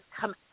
come